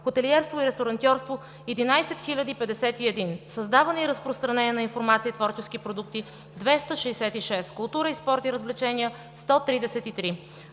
хотелиерство и ресторантьорство – 11 051; създаване и разпространение на информация и творчески продукти – 266; култура, спорт и развлечения – 133.